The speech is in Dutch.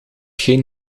geen